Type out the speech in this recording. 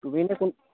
তুমি নে কোন